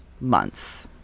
month